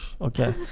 okay